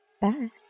Bye